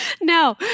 no